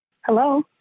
Hello